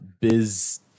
Biz